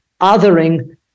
othering